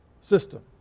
system